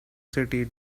city